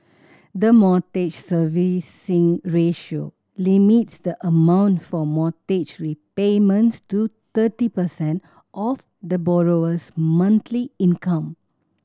the Mortgage Servicing Ratio limits the amount for mortgage repayments to thirty percent of the borrower's monthly income